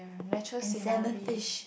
nature scenery